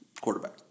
quarterback